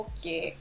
Okay